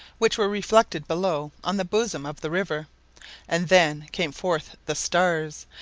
which were reflected below on the bosom of the river and then came forth the stars,